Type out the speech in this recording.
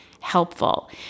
helpful